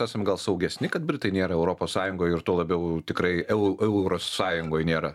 esam gal saugesni kad britai nėra europos sąjungoj ir tuo labiau tikrai eu euros sąjungoj nėra